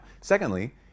secondly